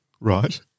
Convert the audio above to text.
Right